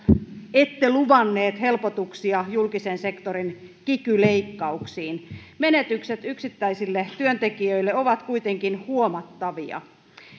ette luvannut helpotuksia julkisen sektorin kiky leikkauksiin menetykset yksittäisille työntekijöille ovat kuitenkin huomattavia